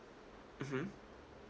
mmhmm